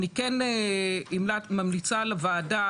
אני כן ממליצה לוועדה,